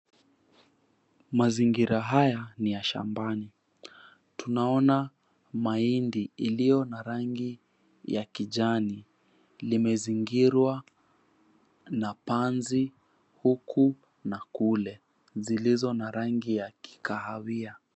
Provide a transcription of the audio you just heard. Mazingira haya ni ya shambani tunaona mahindi iliyo na rangi ya kijani, limezingirwa na panzi huku na kule zilizo na rangi ya kikahawia.